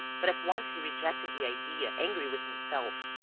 but at once he rejected the idea, angry with himself,